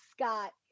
scott